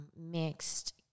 mixed